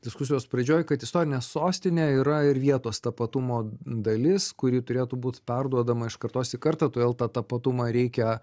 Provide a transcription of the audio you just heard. diskusijos pradžioj kad istorinė sostinė yra ir vietos tapatumo dalis kuri turėtų būt perduodama iš kartos į kartą todėl tą tapatumą ir reikia